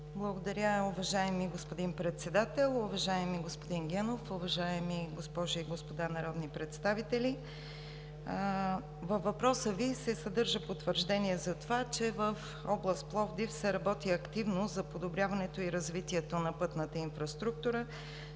Благодаря, уважаеми господин Председател. Уважаеми господин Генов, уважаеми госпожи и господа народни представители! Във въпроса Ви се съдържа потвърждение за това, че в област Пловдив се работи активно за подобряването и развитието на пътната инфраструктура,